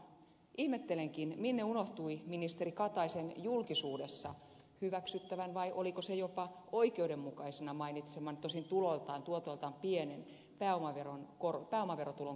ihmettelenkin minne unohtui ministeri kataisen julkisuudessa hyväksyttäväksi vai oliko se jopa oikeudenmukaiseksi mainitsema tosin tuotoiltaan pieni pääomaverotulon korotus